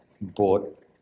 bought